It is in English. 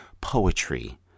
poetry